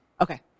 Okay